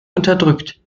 unterdrückt